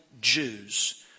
Jews